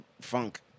funk